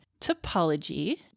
topology